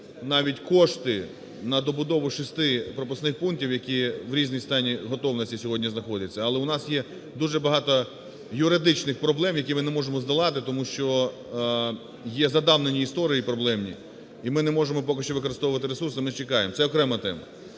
навіть кошти на добудову 6 пропускних пунктів, які в різному стані готовності сьогодні знаходяться. Але у нас є дуже багато юридичних проблем, які ми не можемо здолати, тому що є задавнені історії проблемні, і ми не можемо поки що використовувати ресурси, ми чекаємо. Це окрема тема,